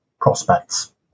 prospects